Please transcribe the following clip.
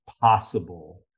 possible